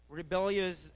rebellious